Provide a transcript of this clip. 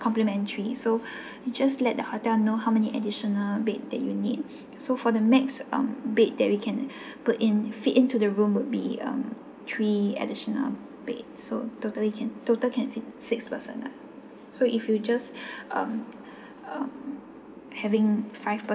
complimentary so you just let the hotel know how many additional bed that you need so for the maximum um bed that we can put in fit into the room would be um three additional bed so totally can total can fit six person ah so if you just um um having five